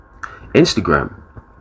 instagram